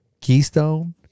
Keystone